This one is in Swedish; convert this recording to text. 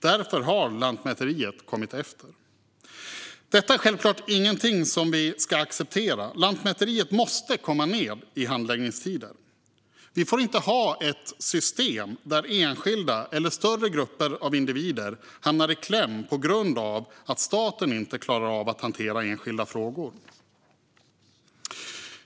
Därför har Lantmäteriet kommit efter. Detta är självklart ingenting som vi ska acceptera. Lantmäteriet måste komma ned i handläggningstider. Vi får inte ha ett system där enskilda eller större grupper av individer hamnar i kläm på grund av att staten inte klarar av att hantera enskilda frågor.